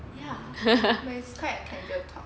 correct ya but it's quite a casual talk